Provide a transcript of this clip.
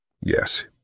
Yes